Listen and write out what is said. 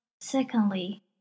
Secondly